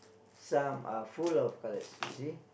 some are full of colours you see